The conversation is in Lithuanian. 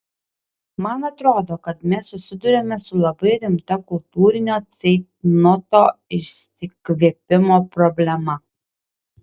man atrodo kad mes susiduriame su labai rimta kultūrinio ceitnoto išsikvėpimo problema